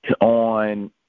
on